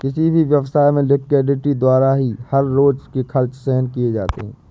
किसी भी व्यवसाय में लिक्विडिटी द्वारा ही हर रोज के खर्च सहन किए जाते हैं